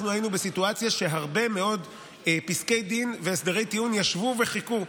אנחנו היינו בסיטואציה שהרבה מאוד פסקי דין והסדרי טיעון ישבו וחיכו,